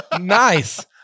nice